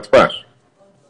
מתפ"ש, סליחה.